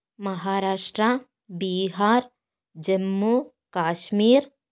Maharashtra Bihar Jammu Kashmir